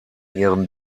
ihren